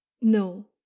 No